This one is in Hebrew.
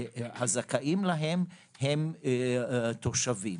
הזכאים להם הם תושבים.